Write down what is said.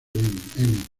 emmy